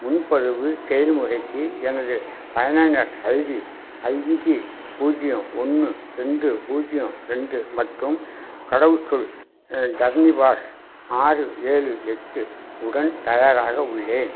முன்பதிவு செயல்முறைக்கு எனது பயனர் ஐடி அஞ்சு பூஜ்ஜியம் ஒன்று ரெண்டு பூஜ்ஜியம் ரெண்டு மற்றும் கடவுச்சொல் ஜர்னிபாஸ் ஆறு ஏழு எட்டு உடன் தயாராக உள்ளேன்